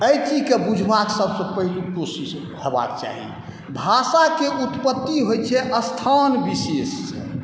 एहि चीजके बुझबाके सबसँ पहिलुक कोशिश हेबाके चाही भाषाके उत्पत्ति होइ छै स्थान विशेषसँ